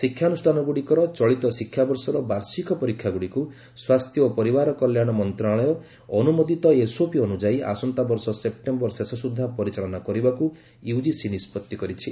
ଶିକ୍ଷାନୁଷ୍ଠାନଗୁଡ଼ିକର ଚଳିତ ଶିକ୍ଷାବର୍ଷର ବାର୍ଷିକ ପରୀକ୍ଷାଗୁଡ଼ିକୁ ସ୍ୱାସ୍ଥ୍ୟ ଓ ପରିବାର କଲ୍ୟାଣ ମନ୍ତ୍ରଣାଳୟ ଅନୁମୋଦିତ ଏସ୍ଓପି ଅନ୍ୟୁଯାୟୀ ଆସନ୍ତା ବର୍ଷ ସେପ୍ଟେମ୍ବର ଶେଷ ସୁଦ୍ଧା ପରିଚାଳନା କରିବାକୁ ନିଷ୍ପତ୍ତି କରିଛି